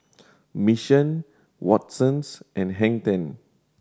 Mission Watsons and Hang Ten